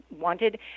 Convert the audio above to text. wanted